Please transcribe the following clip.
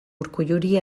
urkulluri